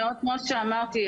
כמו שאמרתי,